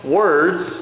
words